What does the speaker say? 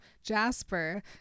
Jasper